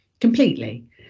completely